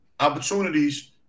Opportunities